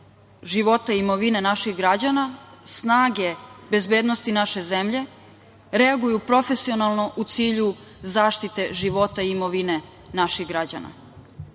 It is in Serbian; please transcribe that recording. života imovine naših građana, snage bezbednosti naše zemlje reaguju profesionalno u cilju zaštite života i imovine naših građana,